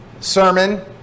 sermon